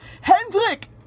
Hendrik